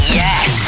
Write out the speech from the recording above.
yes